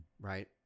right